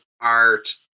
art